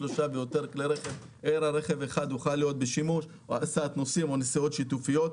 כלי רכב אלא רכב אחד יוכל להיות בשימוש להסעת נוסעים או לנסיעות שיתופיות,